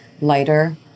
lighter